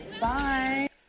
Bye